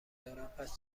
دارن، پس